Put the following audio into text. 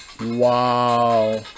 Wow